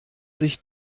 sich